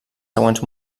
següents